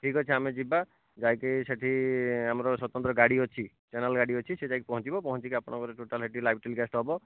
ଠିକ୍ ଅଛି ଆମେ ଯିବା ଯାଇକି ସେଠି ଆମର ସ୍ୱତନ୍ତ୍ର ଗାଡ଼ି ଅଛି ଚ୍ୟାନେଲ୍ ଗାଡ଼ି ଅଛି ସେ ଯାଇକି ପହଁଞ୍ଚିବ ପହଁଞ୍ଚିକି ଆପଣଙ୍କର ଟୋଟାଲ୍ ସେଠି ଲାଇଭ୍ ଟେଲିକାଷ୍ଟ ହେବ